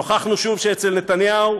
נוכחנו שוב שאצל נתניהו,